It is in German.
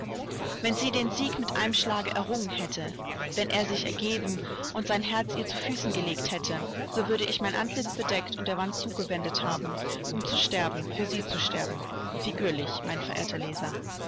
wenn sie den sieg mit einem schlage errungen hätte wenn er sich ergeben und sein herz ihr zu füßen gelegt hätte so würde ich mein antlitz bedeckt und der wand zugewendet haben um zu sterben für sie zu sterben figürlich mein verehrter leser